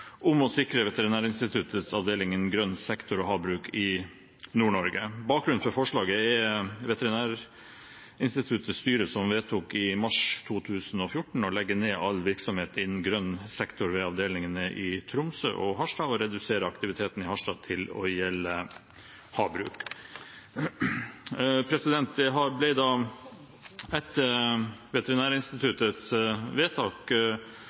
om å sikre Veterinærinstituttets avdelinger innen grønn sektor og havbruk i Nord-Norge. Bakgrunnen for forslaget er at Veterinærinstituttets styre vedtok i mars 2014 å legge ned all virksomhet innen grønn sektor ved avdelingene i Tromsø og Harstad og redusere aktiviteten i Harstad til å gjelde havbruk. Etter at Veterinærinstituttets vedtak